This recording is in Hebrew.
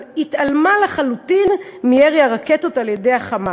והתעלמה לחלוטין מירי הרקטות על-ידי "חמאס"